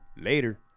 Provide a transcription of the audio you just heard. Later